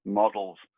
models